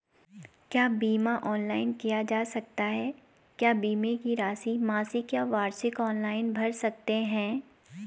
क्या बीमा ऑनलाइन किया जा सकता है क्या बीमे की राशि मासिक या वार्षिक ऑनलाइन भर सकते हैं?